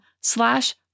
slash